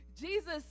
Jesus